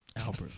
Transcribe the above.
Albert